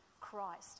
Christ